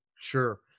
Sure